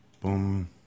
boom